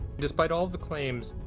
despite all the claims,